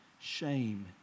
shame